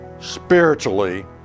spiritually